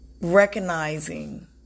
recognizing